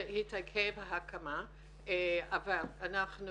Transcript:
בגינן התעכבה ההקמה אבל אנחנו